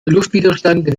luftwiderstand